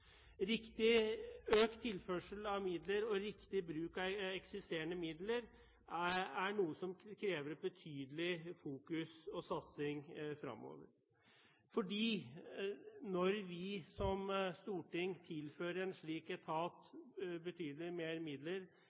riktig bruk av eksisterende midler er noe som krever betydelig fokus og satsing fremover, for når vi som storting tilfører en slik etat betydelig mer midler,